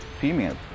female